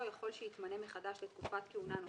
יכול שיתמנה מחדש לתקופת כהונה נוספת,